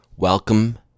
Welcome